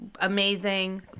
amazing